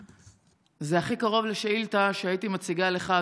זה הכי קרוב לשאילתה שהייתי מציגה לך,